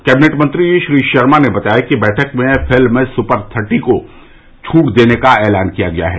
cabinet मंत्री श्री शर्मा ने बताया कि बैठक में फिल्म सुपर थर्टी को छूट देने का ऐलान किया गया है